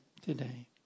today